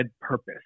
purpose